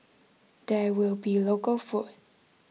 there will be local food